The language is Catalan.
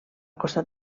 costat